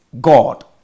God